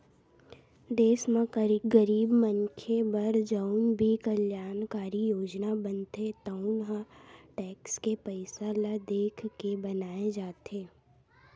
देस म गरीब मनखे बर जउन भी कल्यानकारी योजना बनथे तउन ह टेक्स के पइसा ल देखके बनाए जाथे